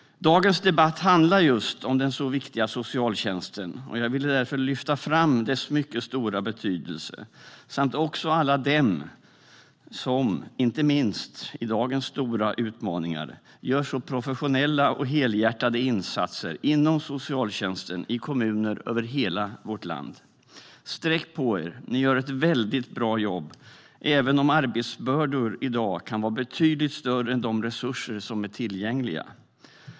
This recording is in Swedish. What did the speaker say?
Dagens debatt handlar just om den så viktiga socialtjänsten, och jag ville därför lyfta fram dess mycket stora betydelse samt alla dem som, inte minst med dagens stora utmaningar, gör så professionella och helhjärtade insatser inom socialtjänsten i kommuner över hela vårt land. Sträck på er! Ni gör ett väldigt bra jobb, även om arbetsbördor i dag kan vara betydligt större än de resurser som är tillgängliga.